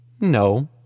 No